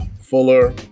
Fuller